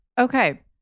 Okay